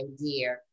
idea